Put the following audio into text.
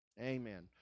Amen